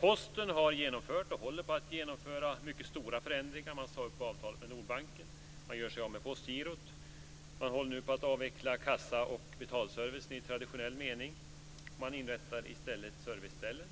Posten har genomfört, och håller på att genomföra, mycket stora förändringar. Man har sagt upp avtalet med Nordbanken, och man gör sig av med Postgirot. Nu håller man på att avveckla kassa och betalservice i traditionell mening. I stället inrättar man serviceställen.